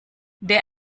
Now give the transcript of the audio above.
der